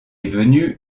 venu